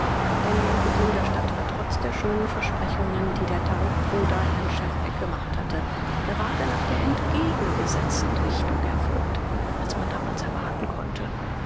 denn die entwicklung der stadt war trotz der schönen versprechungen die der tarockbruder herrn schefbeck gemacht hatte gerade nach der entgegengesetzten richtung erfolgt als man damals erwarten konnte